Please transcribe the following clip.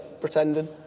pretending